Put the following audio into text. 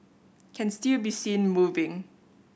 can still be seen moving